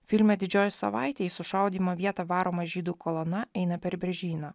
filme didžioji savaitė į sušaudymo vietą varoma žydų kolona eina per beržyną